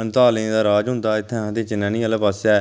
अंतालें दा राज होंदा हा आखदे इत्थें चनैह्नी आह्ले पास्से